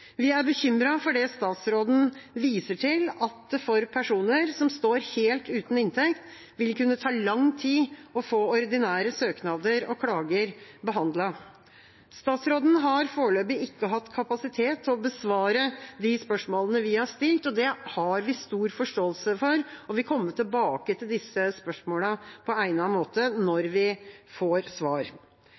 Vi er bekymret for det statsråden viser til, at det for personer som står helt uten inntekt, vil kunne ta lang tid å få ordinære søknader og klager behandlet. Statsråden har foreløpig ikke hatt kapasitet til å besvare de spørsmålene vi har stilt. Det har vi stor forståelse for og vil komme tilbake til disse spørsmålene på egnet måte når vi får svar.